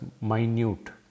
minute